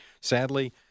sadly